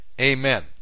Amen